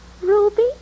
ruby